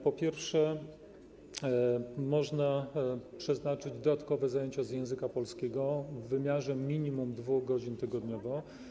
Po pierwsze, można przeznaczyć dodatkowe zajęcia z języka polskiego w wymiarze minimum 2 godzin tygodniowo.